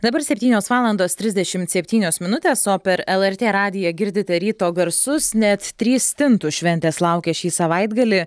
dabar septynios valandos trisdešim septynios minutės o per lrt radiją girdite ryto garsus net trys stintų šventės laukia šį savaitgalį